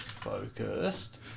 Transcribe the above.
Focused